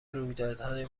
رویدادهای